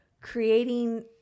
creating